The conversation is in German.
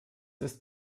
ist